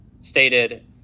stated